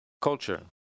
Culture